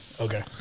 Okay